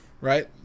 Right